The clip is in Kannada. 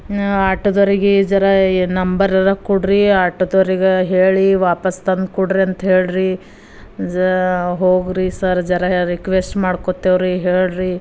ಆಟೋದವ್ರಿಗೆ ಜರಾ ನಂಬರರ ಕೊಡ್ರಿ ಆಟೋದವ್ರಿಗೆ ಹೇಳಿ ವಾಪಸ್ಸು ತಂದ್ಕೊಡ್ರಿ ಅಂಥೇಳ್ರಿ ಜ ಹೋಗ್ರಿ ಸರ್ ಜರ ಹೇಳ್ರಿ ರಿಕ್ವೆಸ್ಟ್ ಮಾಡ್ಕೋತೇವ್ರಿ ಹೇಳ್ರಿ